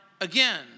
again